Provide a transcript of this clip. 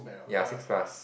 ya six plus